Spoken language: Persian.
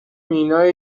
مینا